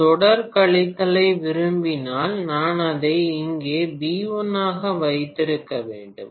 நான் தொடர் கழித்தலை விரும்பினால் நான் அதை இங்கே B1 ஆக வைத்திருக்க வேண்டும்